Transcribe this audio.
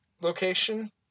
location